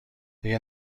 دیگه